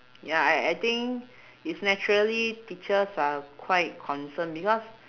ya I I think is naturally teachers are quite concern because